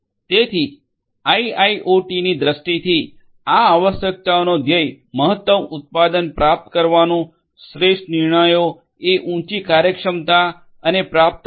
તેથી આઇઆઇઓટીની દ્રષ્ટિથી આ આવશ્યકતાઓનો ધ્યેય મહત્તમ ઉત્પાદન પ્રાપ્ત કરવાનું શ્રેષ્ઠ નિર્ણયો એ ઉંચી કાર્યક્ષમતા અને પ્રાપ્યતા સાથે